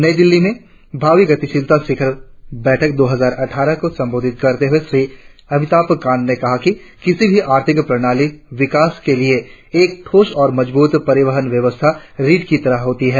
नई दिल्ली में भावी गतिशीलता शिखर बैठक दो हजार अट्ठारह को संबोधित करते हुए श्री अमिताभ कांत ने कहा कि किसी भी आर्थिक प्रणाली के विकास के लिए एक ठोस और मजबूत परिवहन व्यवस्था रीढ़ की तरह होती है